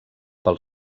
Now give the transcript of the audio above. pel